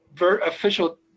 Official